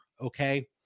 Okay